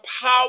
power